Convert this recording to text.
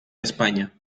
españa